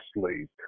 sleep